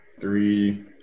three